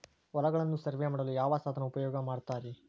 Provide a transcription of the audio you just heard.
ಹೊಲಗಳನ್ನು ಸರ್ವೇ ಮಾಡಲು ಯಾವ ಸಾಧನ ಉಪಯೋಗ ಮಾಡ್ತಾರ ರಿ?